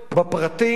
בפרטים,